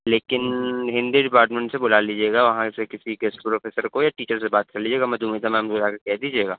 لیکن ہندی ڈپارٹمنٹ سے بلا لیجیے گا وہاں سے کسی کے پروفیسر کو یا ٹیچر سے بات کر لیجیے گا مدھومیتا میم کو جا کے کہہ دیجیے گا